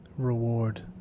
reward